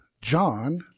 John